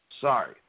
Sorry